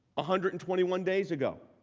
ah hundred and twenty one days ago.